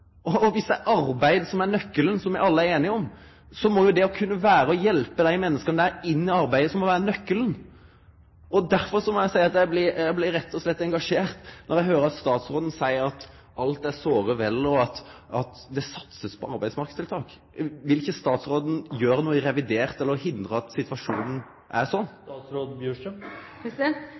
arbeid som er nøkkelen, som me alle er einige om, så må jo det å kunne hjelpe dei menneska inn i arbeid òg vere nøkkelen. Derfor må eg seie at eg blir rett og slett engasjert når eg høyrer statsråden seie at alt er såre vel, og at det blir satsa på arbeidsmarknadstiltak. Vil ikkje statsråden gjere noko i revidert eller hindre at situasjonen er